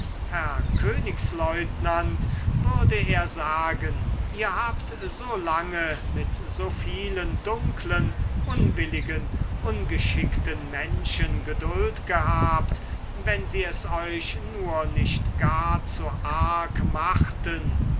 herr königslieutenant würde er sagen ihr habt so lange mit so viel dunklen unwilligen ungeschickten menschen geduld gehabt wenn sie es euch nur nicht gar zu arg machten